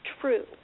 true